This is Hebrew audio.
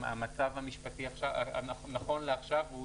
נכון לעכשיו,